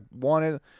wanted